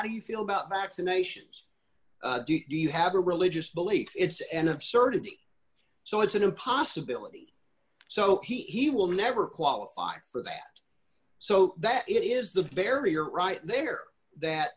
do you feel about vaccinations do you have a religious belief it's an absurdity so it's a new possibility so he will never qualify for that so that it is the barrier right there that